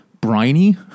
briny